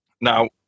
now